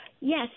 Yes